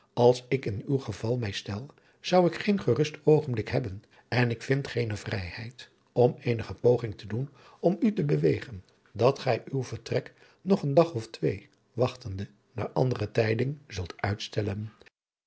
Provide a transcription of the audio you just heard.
als ik in uw geval mij stel zou ik geen gerust oogenblik hebben en ik vind geene vrijheid om eenige poging te doen om u te bewegen dat gij uw vertrek nog een dag of twee wachtende naar andere tijding zult uitstellen